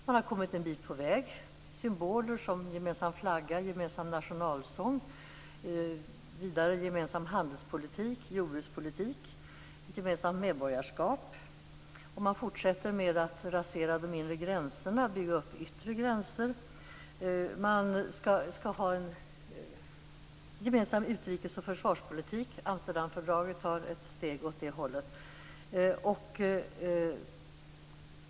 Man har kommit en bit på väg genom symboler som gemensam flagga, gemensam nationalsång, gemensam handelspolitik, gemensam jordbrukspolitik och gemensamt medborgarskap. Och man fortsätter med att rasera de inre gränserna och bygga upp yttre gränser. Och man skall ha en gemensam utrikes och försvarspolitik. Amsterdamfördraget tar ett steg åt det hållet.